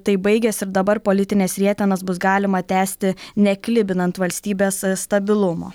tai baigės ir dabar politines rietenas bus galima tęsti neklibinant valstybės stabilumo